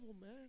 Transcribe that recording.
man